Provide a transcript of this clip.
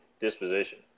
disposition